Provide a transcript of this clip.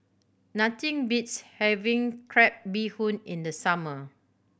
nothing beats having crab bee hoon in the summer